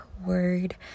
word